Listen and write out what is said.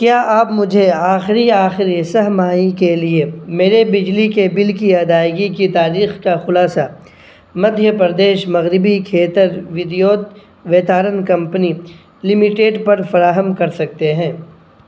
کیا آپ مجھے آخری آخری سہ ماہی کے لیے میرے بجلی کے بل کی ادائیگی کی تاریخ کا خلاصہ مدھیہ پردیش مغربی کھیتر ودیوت وترن کمپنی لمیٹڈ پر فراہم کر سکتے ہیں